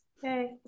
Okay